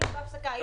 הייתי בהפסקה,